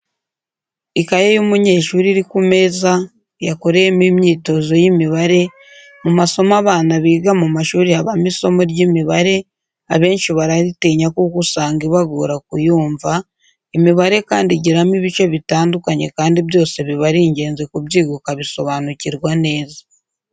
Ikaye y'umunyeshuri iri ku meza yakoreyemo imyitozo y'imibare mu masomo abana biga mu mashuri habamo isomo ry'imibare abanshi bararitinya kuko usanga ibagora kuyumva, imibare kandi igiramo ibice bitandukanye kandi byose biba ari ingenzi kubyiga ukabisobanukirwa neza.